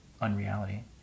unreality